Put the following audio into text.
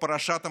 בפרשת המתנות.